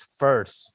first